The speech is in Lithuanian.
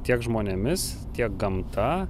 tiek žmonėmis tiek gamta